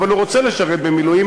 אבל הוא רוצה לשרת במילואים,